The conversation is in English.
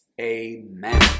amen